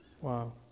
Wow